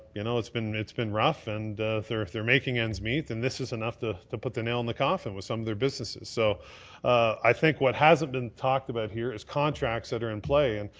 you know, it's been it's been rough, and they're making end meet and this is enough to to put their nail in the coffin with some of their businesses so i think what hasn't been talked about here is contracts that are in play, and,